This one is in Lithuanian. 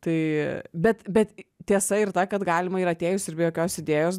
tai bet bet tiesa ir ta kad galima ir atėjus ir be jokios idėjos